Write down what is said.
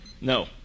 No